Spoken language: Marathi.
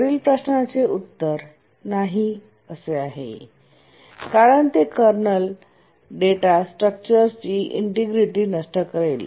वरील प्रश्नाचे उत्तर नाही असे आहे कारण ते कर्नल डेटा स्ट्रक्चर्सची इंटिग्रिटी नष्ट करेल